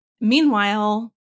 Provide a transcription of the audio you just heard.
Meanwhile